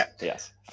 yes